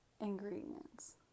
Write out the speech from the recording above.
ingredients